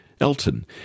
Elton